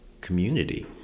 community